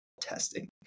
testing